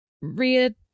Ria